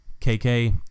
KK